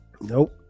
nope